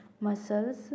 muscles